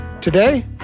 Today